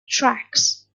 tracks